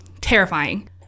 terrifying